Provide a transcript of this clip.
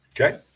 Okay